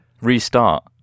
Restart